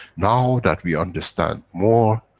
now that we understand more,